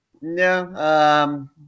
No